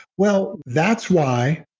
well, that's why